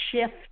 shift